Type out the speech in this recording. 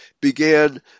began